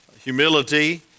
humility